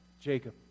Jacob